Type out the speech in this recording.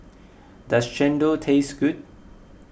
does Chendol taste good